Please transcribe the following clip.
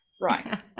Right